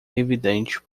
evidente